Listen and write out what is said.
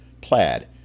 plaid